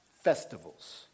Festivals